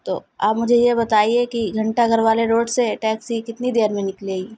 تو آپ مجھے یہ بتائیے کہ گھنٹہ گھر والے روڈ سے ٹیکسی کتنی دیر میں نکلے گی